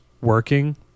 working